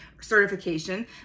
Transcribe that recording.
certification